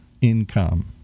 income